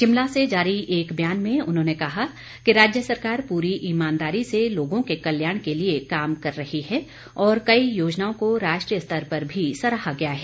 शिमला से जारी एक बयान में उन्होंने कहा कि राज्य सरकार पूरी ईमानदारी से लोगों के कल्याण के लिए काम कर रही है और कई योजनाओं को राष्ट्रीय स्तर पर भी सराहा गया है